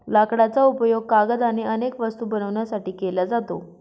लाकडाचा उपयोग कागद आणि अनेक वस्तू बनवण्यासाठी केला जातो